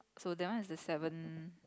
so that one is the seven